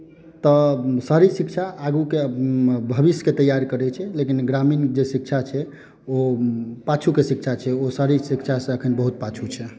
तऽ शहरी शिक्षा आगूके भविष्यकेँ तैआर करैत छै लेकिन ग्रामीण जे शिक्षा छै ओ पाछूके शिक्षा छै ओ शहरी शिक्षासँ एखन बहुत पाछू छै